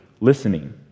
listening